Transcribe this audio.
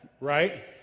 Right